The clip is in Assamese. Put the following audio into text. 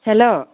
হেল্ল'